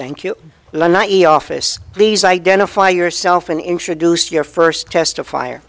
thank you not your office please identify yourself and introduce your first testif